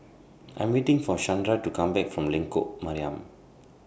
I'm waiting For Shandra to Come Back from Lengkok Mariam